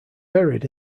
buried